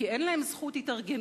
כי אין להם זכות התארגנות,